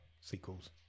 sequels